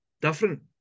different